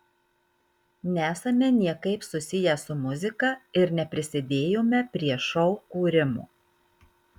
nesame niekaip susiję su muzika ir neprisidėjome prie šou kūrimo